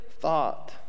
thought